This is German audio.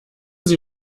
sie